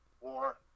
war